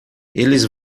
eles